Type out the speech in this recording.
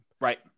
Right